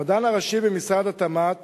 המדען הראשי במשרד התמ"ת